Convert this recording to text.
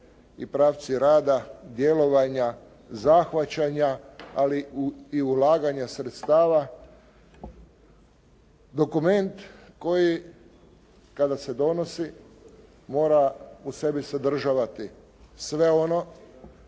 i pravci rada, djelovanja, zahvaćanja, ali i ulaganja sredstava. Dokument koji kada se donosi mora u sebi sadržavati sve ono